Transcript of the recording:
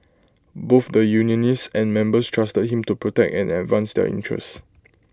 both the unionists and members trusted him to protect and advance their interests